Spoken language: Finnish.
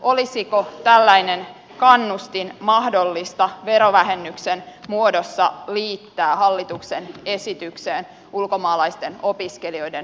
olisiko tällainen kannustin mahdollista verovähennyksen muodossa liittää hallituksen esitykseen ulkomaalaisten opiskelijoiden lukukausimaksuista